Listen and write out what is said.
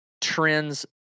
trends